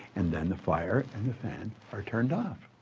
and then the fire, and the fan, are turned off.